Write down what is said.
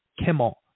Kimmel